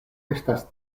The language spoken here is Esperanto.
estas